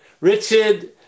Richard